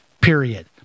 period